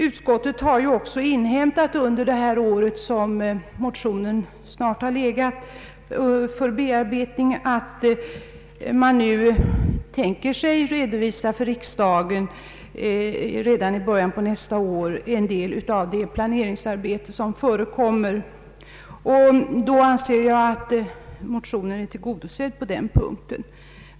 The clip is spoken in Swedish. Utskottet har under det år som motionen har behandlats inhämtat att regeringen redan i början av nästa år kommer att redovisa för riksdagen en del av det planeringsarbete som har utförts. Jag anser då att motionens krav är tillgodosett på den punkten.